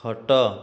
ଖଟ